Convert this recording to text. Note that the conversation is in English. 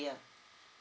yer